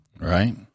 Right